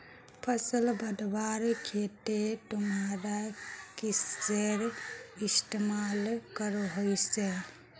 फसल बढ़वार केते तुमरा किसेर इस्तेमाल करोहिस?